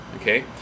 okay